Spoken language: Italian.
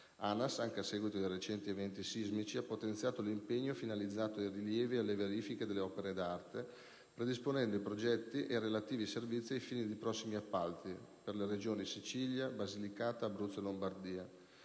L'ANAS, anche a seguito dei recenti eventi sismici, ha potenziato l'impegno finalizzato ai rilievi ed alle verifiche delle opere d'arte, predisponendo i progetti e relativi servizi ai fini di prossimi appalti, per le regioni Sicilia, Basilicata, Abruzzo e Lombardia